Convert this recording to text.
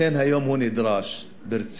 לכן, היום הוא נדרש ברצינות,